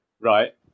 Right